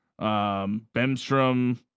Bemstrom